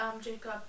Jacob